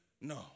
No